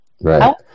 Right